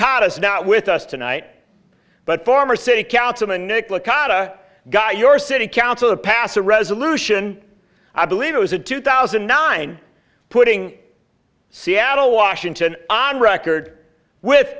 caught us now with us tonight but former city councilman nicholas cotta guy your city council passed a resolution i believe it was a two thousand and nine putting seattle washington on record with